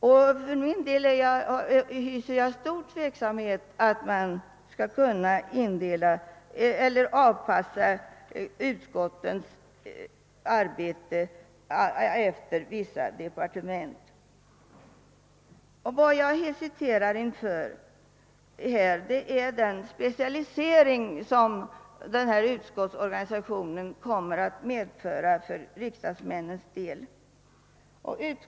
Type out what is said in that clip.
Jag hyser stor tveksamhet när det gäller möjligheterna att avpassa utskottens arbete efter vissa departement. Vad jag hesiterar inför är den specialisering som den na utskottsorganisation kommer att medföra för riksdagsmännens del.